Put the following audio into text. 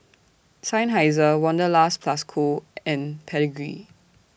Seinheiser Wanderlust Plus Co and Pedigree